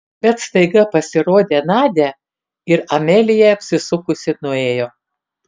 bet staiga pasirodė nadia ir amelija apsisukusi nuėjo